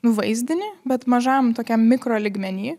vaizdinį bet mažam tokiam mikro lygmeny